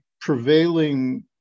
prevailing